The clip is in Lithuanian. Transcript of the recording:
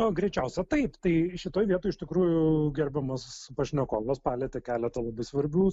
nu greičiausia taip tai šitoj vietoj iš tikrųjų gerbiamas pašnekovas palietė keletą labai svarbių